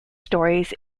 stories